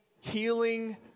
healing